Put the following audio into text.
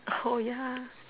oh yeah